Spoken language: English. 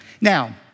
Now